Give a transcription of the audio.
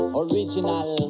original